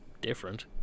different